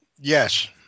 Yes